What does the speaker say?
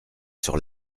sur